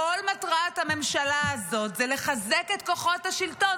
כל מטרת הממשלה הזאת זה לחזק את כוחות השלטון,